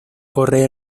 corre